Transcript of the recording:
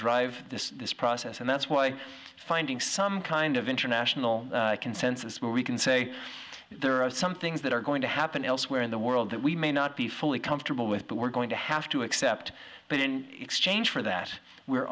drive this process and that's why finding some kind of international consensus where we can say there are some things that are going to happen elsewhere in the world that we may not be fully comfortable with the we're going to have to accept but in exchange for that we're